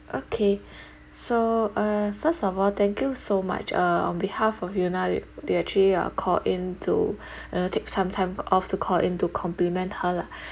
okay so uh first of all thank you so much uh on behalf of yuna you you actually uh called in to you know take some time off to call in to compliment her lah